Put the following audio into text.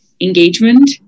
engagement